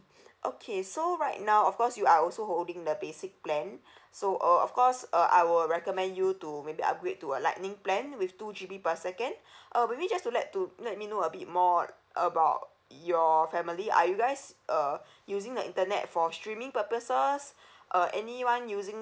okay so right now of course you are also holding the basic plan so uh of course uh I will recommend you to maybe upgrade to a lightning plan with two G_B per second uh maybe just to let to let me know a bit more about your family are you guys uh using the internet for streaming purposes uh anyone using